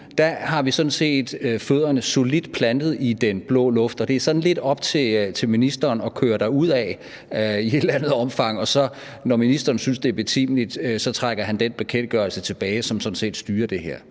sådan set fødderne solidt plantet i den blå luft, og det er sådan lidt op til ministeren at køre derudad, i et eller andet omfang, og så, når ministeren synes, det er betimeligt, så trækker han den bekendtgørelse tilbage, som sådan set styrer det her.